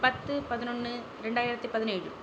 பத்து பதினொன்று ரெண்டாயிரத்தி பதினேழு